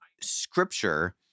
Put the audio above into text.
Scripture